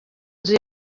inzu